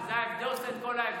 זה עושה את כל ההבדל.